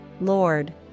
Lord